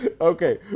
Okay